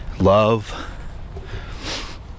...love